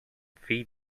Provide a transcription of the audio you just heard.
fill